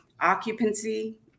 occupancy